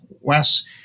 Wes